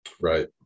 Right